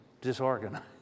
disorganized